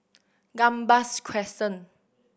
Gambas Crescent